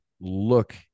look